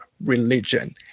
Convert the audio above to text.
religion